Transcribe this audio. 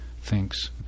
thinks